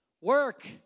Work